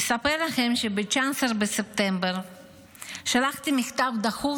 אני אספר לכם שב-19 בספטמבר שלחתי מכתב דחוף